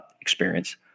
experience